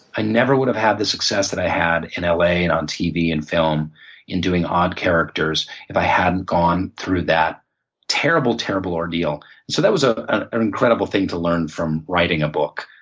i never would have had the success that i had in la and on tv and film in doing odd characters if i hadn't gone through that terrible, terrible ordeal. so that was ah an an incredible thing to learn from writing a book,